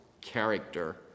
character